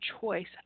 choice